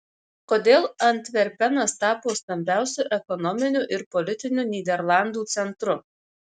kodėl antverpenas tapo stambiausiu ekonominiu ir politiniu nyderlandų centru